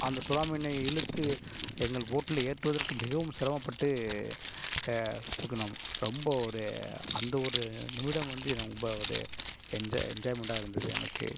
அந்த சுறா மீனை இழுத்து எங்கள் போட்டில் ஏற்றுவதற்கு மிகவும் சிரமப்பட்டு தூக்கினோம் ரொம்ப ஒரு அந்த ஒரு நிமிடம் வந்து எனக்கு ரொம்ப ஒரு என்ஜாய் என்ஜாயிமென்ட்டாக இருந்துது எனக்கு